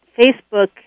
Facebook